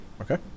okay